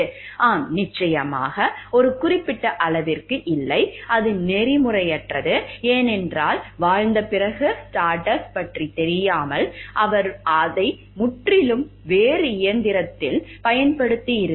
ஆம் நிச்சயமாக ஒரு குறிப்பிட்ட அளவிற்கு இல்லை அது நெறிமுறையற்றது ஏனென்றால் வாழ்ந்த பிறகு ஸ்டார்டஸ்ட் பற்றி தெரியாமல் அவர் அதை முற்றிலும் வேறு இயந்திரத்தில் பயன்படுத்தியிருக்கலாம்